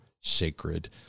sacred